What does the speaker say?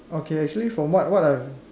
okay actually from what what I